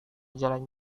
jalan